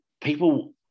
people